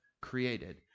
created